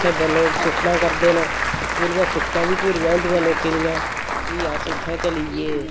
उत्थै लोक सुक्खनां करदे न पूरियां सुक्खनां बी पूरियां होंदियां लोकें दियां फ्ही अस उत्थै चली ऐ